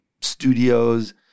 studios